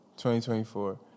2024